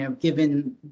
given